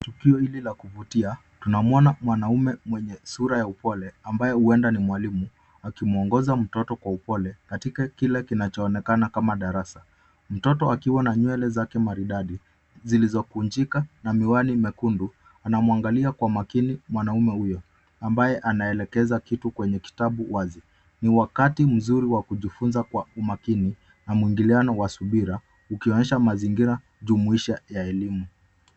Tukio hili la kuvutia, tunamwona mwanaume mwenye sura ya upole ambayo huenda ni mwalimu akimwongoza mtoto kwa upole katika kile kinachoonekana kama darasa. Mtoto akiwa na nywele zake maridadi zilizokunjika na miwani mekundu anamwangalia kwa makini mwanaume huyo ambaye anaelekeza kitu kwenye kitabu wazi. Ni wakati mzuri wa kujifunza kwa umakini na mwingiliano wa subira ukionyesha mazingira jumuisha ya elimu.